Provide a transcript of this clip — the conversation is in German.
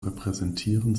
repräsentieren